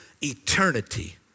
eternity